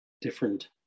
different